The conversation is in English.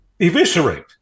eviscerate